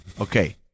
Okay